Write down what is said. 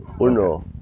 Uno